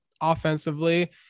offensively